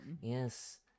Yes